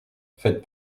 faites